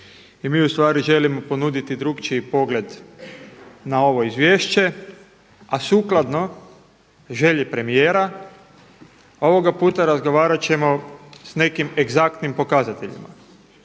i mi ustvari želimo ponuditi drukčiji pogled na ovo izvješće, a sukladno želji premijera ovoga puta razgovarat ćemo s nekim egzaktnim pokazateljima.